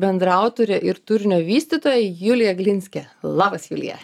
bendraautorė ir turinio vystytoja julija glinskė labas julija